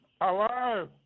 Hello